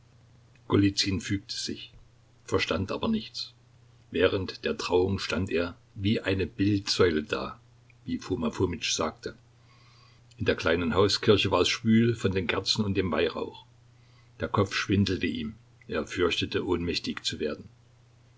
fügte sich verstand aber nichts während der trauung stand er wie eine bildsäule da wie foma fomitsch sagte in der kleinen hauskirche war es schwül von den kerzen und dem weihrauch der kopf schwindelte ihm er fürchtete ohnmächtig zu werden